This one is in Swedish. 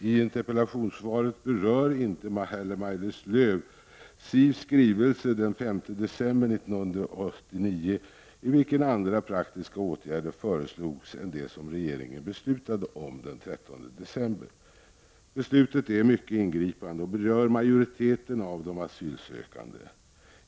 I interpellationssvaret berör Maj-Lis Lööw inte heller SIV:s skrivelse den 5 december 1989, i vilken andra praktiska åtgärder föreslogs än den åtgärd som regeringen beslutade om den 13 december. Beslutet är mycket ingripande och berör majoriteten av de asylsökande.